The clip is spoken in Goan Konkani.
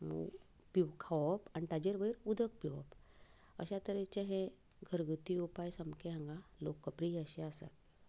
पिव खावप आनी ताचेर वयर उदक पिवप अशा तरेचे हे घरगुती उपाय सामके हांगा लोकप्रीय अशे आसात